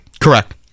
correct